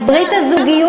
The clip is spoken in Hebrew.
אז ברית הזוגיות,